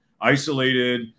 isolated